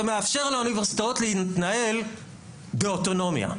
שמאפשר לאוניברסיטאות להתנהל באוטונומיה,